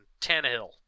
Tannehill